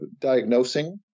diagnosing